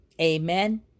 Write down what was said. Amen